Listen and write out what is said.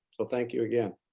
so thank you again.